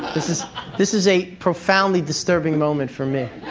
this is this is a profoundly disturbing moment for me.